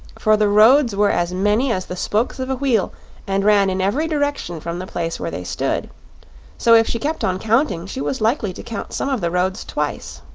for the roads were as many as the spokes of a wheel and ran in every direction from the place where they stood so if she kept on counting she was likely to count some of the roads twice.